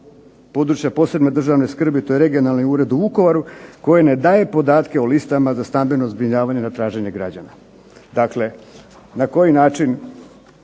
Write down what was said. područja od posebne državne skrbi, to je regionalni Ured u Vukovaru koji ne daje podatke o listama za stambeno zbrinjavanje na traženje građana. Dakle, na koji način